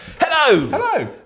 Hello